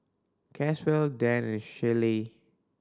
Caswell Dann and Shellie